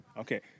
Okay